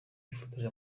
bifotoje